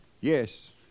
Yes